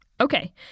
Okay